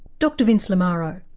dr vince lamaro.